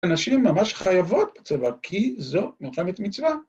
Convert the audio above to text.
‫הנשים ממש חייבות בצבא, ‫כי זו מלחמת מצווה.